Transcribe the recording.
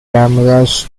cameras